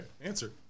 answer